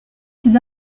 ses